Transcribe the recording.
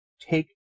take